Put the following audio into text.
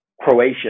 Croatia